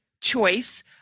choice